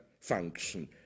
function